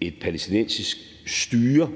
et palæstinensisk styre,